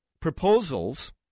proposals